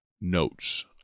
notes